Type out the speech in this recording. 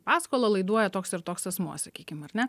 paskolą laiduoja toks ir toks asmuo sakykim ar ne